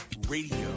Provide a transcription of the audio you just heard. Radio